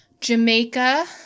Jamaica